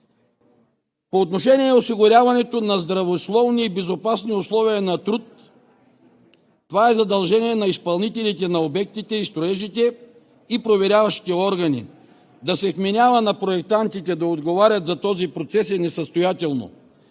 По отношение осигуряване на здравословни и безопасни условия на труд. Това е задължение на изпълнителите на обектите и строежите и проверяващите органи. Да се вменява на проектантите да отговарят за този процес е несъстоятелно.